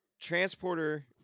Transporter